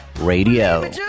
Radio